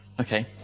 okay